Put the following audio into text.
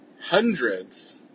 hundreds